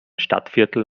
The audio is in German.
stadtviertel